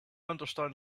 understand